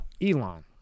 Elon